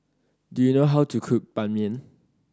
do you know how to cook Ban Mian